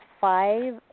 five